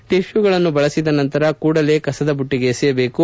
ಟಿತ್ಕೂಗಳನ್ನು ಬಳಸಿದ ನಂತರ ಕೂಡಲೇ ಕಸದ ಬುಟ್ಟಿಗೆ ಎಸೆಯಬೇಕು